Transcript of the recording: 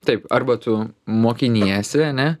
taip arba tu mokiniesi ane